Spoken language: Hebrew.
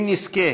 אם נזכה,